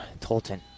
Tolton